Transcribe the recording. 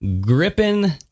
gripping